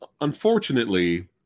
unfortunately